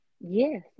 Yes